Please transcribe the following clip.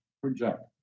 Project